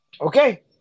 Okay